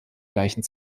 gleichen